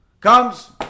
comes